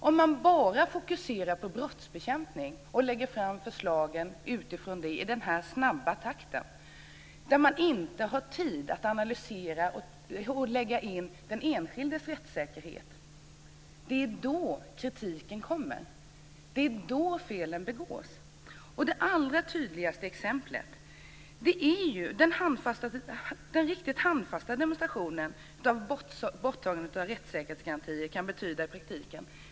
Om man bara fokuserar på brottsbekämpning och lägger fram förslagen utifrån det i snabb takt har man inte tid att analysera och lägga in den enskildes rättssäkerhet. Det är då kritiken kommer och felen begås. Det allra tydligaste exemplet är den riktigt handfasta demonstrationen av vad borttagandet av rättssäkerhetsgarantier kan betyda i praktiken.